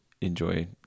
enjoy